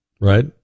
right